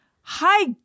Hi